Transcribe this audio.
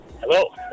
Hello